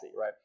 right